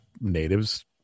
natives